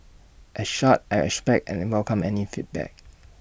as such I respect and welcome any feedback